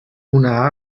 una